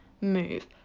move